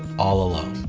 all alone